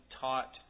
taught